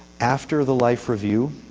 after the life review,